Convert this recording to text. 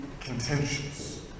contentious